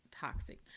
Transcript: toxic